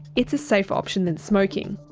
it's a safer option than smoking.